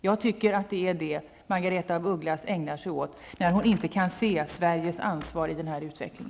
Jag tycker att det är det som Margaretha af Ugglas ägnar sig åt när hon inte kan se Sveriges ansvar i denna utveckling.